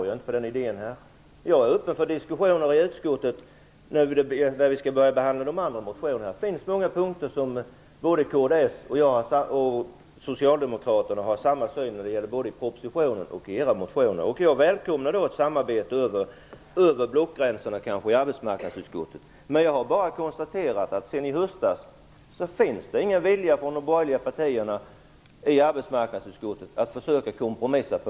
Jag är öppen för diskussioner i utskottet när de andra motionerna skall behandlas. Det finns många punkter där kds och Socialdemokraterna har samma uppfattning. Det gäller både propositionen och motioner. Jag välkomnar ett samarbete över blockgränserna i arbetsmarknadsutskottet. Jag har konstaterat att sedan i höstas finns det ingen vilja hos de borgerliga partierna i arbetsmarknadsutskottet att försöka kompromissa.